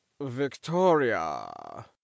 victoria